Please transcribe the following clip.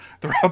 throughout